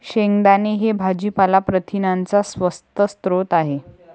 शेंगदाणे हे भाजीपाला प्रथिनांचा स्वस्त स्रोत आहे